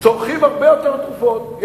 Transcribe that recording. צורכים הרבה יותר תרופות.